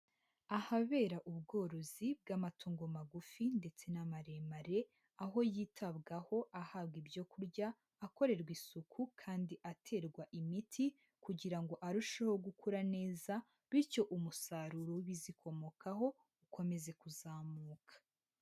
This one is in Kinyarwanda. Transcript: Ahabera ubworozi bw'amatungo magufi ndetse n'amaremare, aho yitabwaho ahabwa ibyo kurya, akorerwa isuku kandi aterwa imiti kugira ngo arusheho gukura neza, bityo umusaruro w'ibizikomokaho ukomeze kuzamuka.